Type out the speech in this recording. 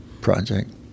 project